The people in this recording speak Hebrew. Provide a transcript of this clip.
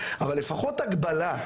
אבל לפחות הגבלה,